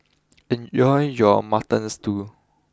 enjoy your Mutton Stew